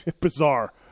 bizarre